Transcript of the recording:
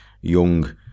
young